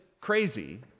crazy